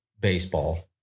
baseball